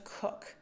cook